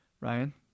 Ryan